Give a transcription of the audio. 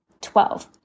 Twelve